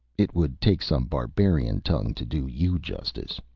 it would take some barbarian tongue to do you justice.